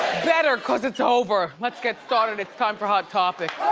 better cause it's over. let's get started. it's time for hot topics.